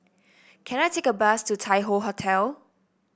can I take a bus to Tai Hoe Hotel